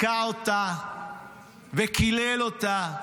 הכה אותה וקילל אותה.